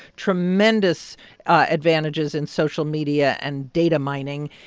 tremendous advantages in social media and data mining.